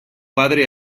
padre